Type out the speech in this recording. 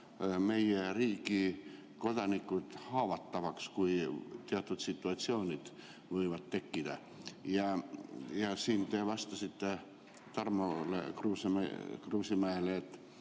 meie riigi kodanikud haavatavaks, kui teatud situatsioonid võivad tekkida. Te vastasite Tarmo Kruusimäele,